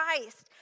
Christ